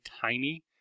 tiny